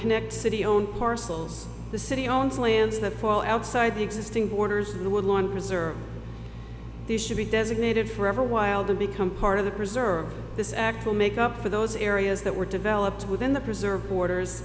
connect city own arsenals the city owns lands that fall outside the existing borders the woodlawn preserve these should be designated forever while the become part of the preserve this act will make up for those areas that were developed within the preserve borders